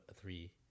three